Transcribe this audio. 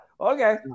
Okay